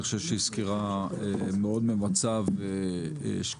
אני חושב שהיא סקירה מאוד ממצה ושקופה.